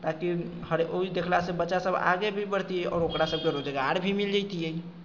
ताकि हर ओहि देखलासँ बच्चासभ आगे भी बढ़तियै आओर ओकरासभके रोजगार भी मिल जैतियै